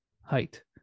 height